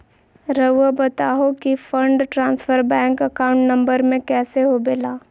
रहुआ बताहो कि fund transfer bank account number में कैसे होबेला?